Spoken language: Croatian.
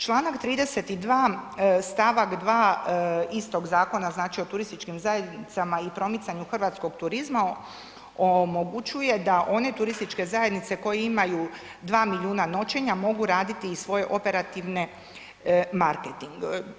Članak 32. stavak 2. istog Zakona znači o turističkim zajednicama i promicanju hrvatskog turizma omogućuje da one turističke zajednice koje imaju 2 milijuna noćenja mogu raditi i svoje operativne marketinge.